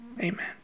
Amen